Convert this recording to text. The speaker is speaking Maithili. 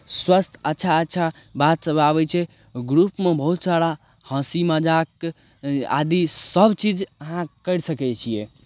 स्वस्थ अच्छा अच्छा बातसभ आबै छै ग्रुपमे बहुत सारा हँसी मजाक आदि सभचीज अहाँ करि सकै छियै